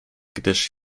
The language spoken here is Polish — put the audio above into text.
gdyż